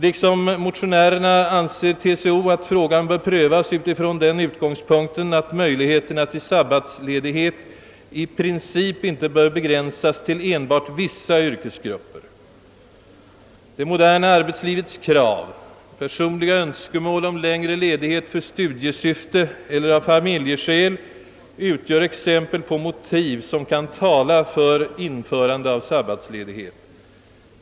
Liksom motionärerna anser TCO att frågan bör prövas utifrån den utgångspunkten att möjligheterna till sabbatsledighet i princip inte bör begränsas till enbart vissa yrkesgrupper. Det moderna arbetslivets krav, personliga önskemål om längre ledighet i studiesyfte eller av familjeskäl utgör exempel på motiv som kan tala för införande av sabbatsledighet.